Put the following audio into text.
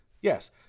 Yes